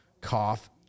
cough